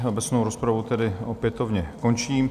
Obecnou rozpravu tedy opětovně končím.